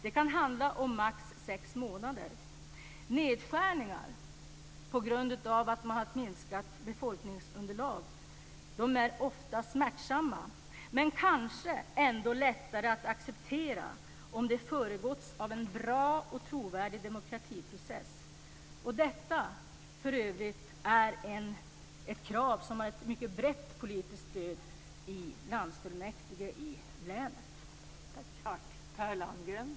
Det kan handla om maximalt sex månader. Nedskärningar på grund av ett minskat befolkningsunderlag är ofta smärtsamma, men kanske ändå lättare att acceptera om de föregåtts av en bra och trovärdig demokratiprocess. Detta är för övrigt ett krav som har ett mycket brett politiskt stöd i landstingsfullmäktige i länet.